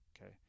okay